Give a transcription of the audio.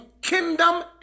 kingdom